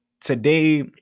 today